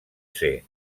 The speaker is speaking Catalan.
ser